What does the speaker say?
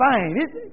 fine